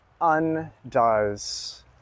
undoes